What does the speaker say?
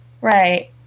Right